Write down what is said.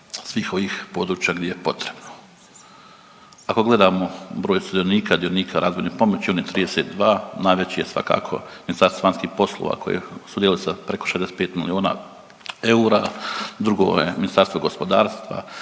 svih ovih područja gdje je potrebno. Ako gledamo broj sudionika, dionika razvojne pomoći onih 32, najveći je svakako Ministarstvo vanjskih poslova koje sudjeluje sa preko 65 milijuna eura, drugo Ministarstvo gospodarstva,